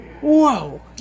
Whoa